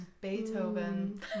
Beethoven